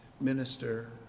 minister